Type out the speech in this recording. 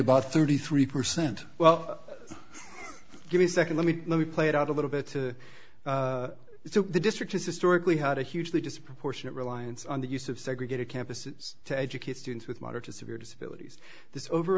about thirty three percent well give me a second let me let me play it out a little bit to the district has historically had a hugely disproportionate reliance on the use of segregated campuses to educate students with moderate to severe disabilities this over